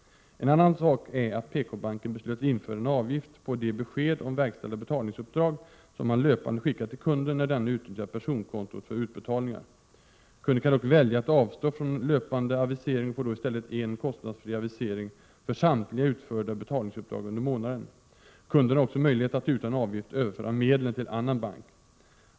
En annan sak är att PK-banken beslutat införa en avgift på de besked om verkställda betalningsuppdrag som man löpande skickar till kunden när denne utnyttjar personkontot för utbetalningar. Kunden kan dock välja att avstå från löpande avisering och får då i stället en kostnadsfri avisering för samtliga utförda betalningsuppdrag under månaden. Kunden har också möjlighet att utan avgift överföra medlen till annan bank.